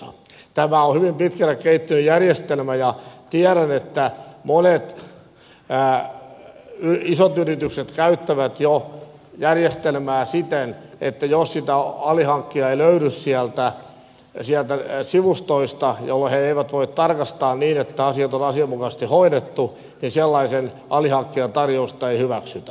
tämä on hyvin pitkälle kehittynyt järjestelmä ja tiedän että monet isot yritykset käyttävät jo järjestelmää siten että jos sitä alihankkijaa ei löydy sieltä sivustosta jolloin he eivät voi tarkastaa että asiat on asianmukaisesti hoidettu niin sellaisen alihankkijan tarjousta ei hyväksytä